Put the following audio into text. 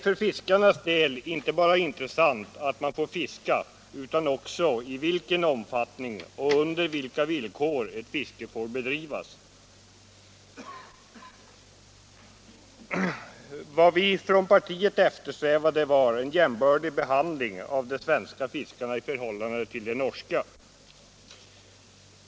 För fiskarnas del är det ju intressant inte bara att de får fiska utan också i vilken omfattning och under vilka villkor ett fiske får bedrivas. Vad vi i inom vårt parti eftersträvade var en jämbördig behandling av de svenska fiskarna i förhållande till de norska.